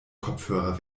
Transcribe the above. kopfhörer